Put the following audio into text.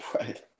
right